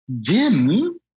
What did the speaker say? DIM